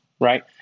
right